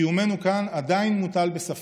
קיומנו כאן עדיין מוטל בספק,